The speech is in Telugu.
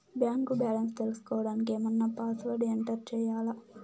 బ్యాంకు బ్యాలెన్స్ తెలుసుకోవడానికి ఏమన్నా పాస్వర్డ్ ఎంటర్ చేయాలా?